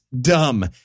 dumb